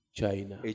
China